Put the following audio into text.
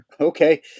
Okay